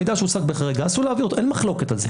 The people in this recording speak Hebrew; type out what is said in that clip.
מידע שהושג בחריגה אסור להעביר, אין מחלוקת על זה.